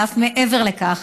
ואף מעבר לכך,